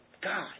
God